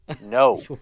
No